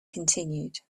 continued